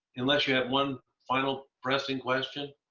unless you have one final pressing question.